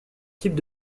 types